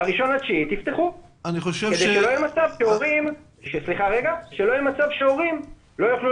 ב-1.9 תפתחו כדי שלא יהיה מצב שהורים לא יוכלו